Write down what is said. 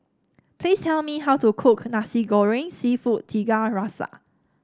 please tell me how to cook Nasi Goreng seafood Tiga Rasa